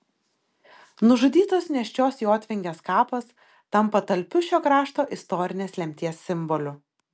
nužudytos nėščios jotvingės kapas tampa talpiu šio krašto istorinės lemties simboliu